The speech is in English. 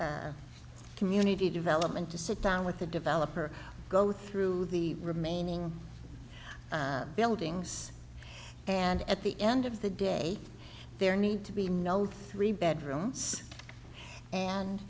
our community development to sit down with the developer go through the remaining buildings and at the end of the day there need to be no three bedrooms and